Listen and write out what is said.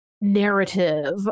narrative